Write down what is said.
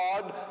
God